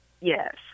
Yes